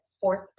fourth